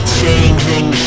changing